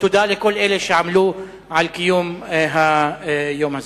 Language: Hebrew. תודה לכל אלה שעמלו על קיום היום הזה.